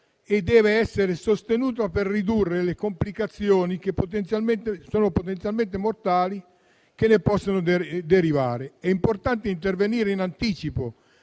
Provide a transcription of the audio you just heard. e dev'essere sostenuta per ridurre le complicazioni, potenzialmente mortali, che ne possono derivare. È importante intervenire in anticipo